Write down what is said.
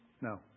No